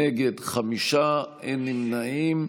נגד, חמישה, אין נמנעים.